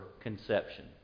conception